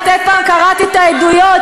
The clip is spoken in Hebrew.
את אי-פעם קראת את העדויות?